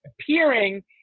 appearing